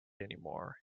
anymore